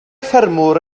ffermwr